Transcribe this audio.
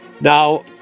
Now